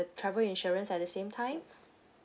travel insurance at the same time